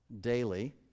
daily